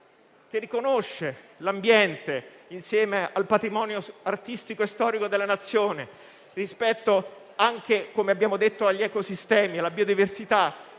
che riconosce l'ambiente, insieme al patrimonio artistico e storico della Nazione, anche rispetto agli ecosistemi e alla biodiversità,